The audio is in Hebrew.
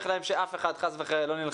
להם שאף אחד חס וחלילה לא נלחם ביהדות.